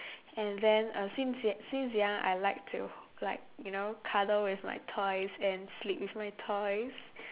and then uh since yo~ since young I like to like you know cuddle with my toys and sleep with my toys